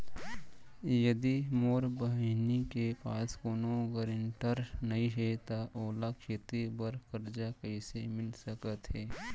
यदि मोर बहिनी के पास कोनो गरेंटेटर नई हे त ओला खेती बर कर्जा कईसे मिल सकत हे?